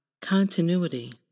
continuity